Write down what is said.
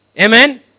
Amen